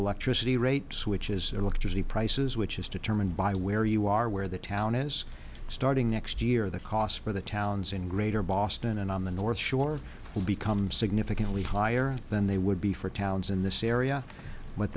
electricity rates which is electricity prices which is determined by where you are where the town is starting next year the cost for the towns in greater boston and on the north shore will become significantly higher than they would be for towns in this area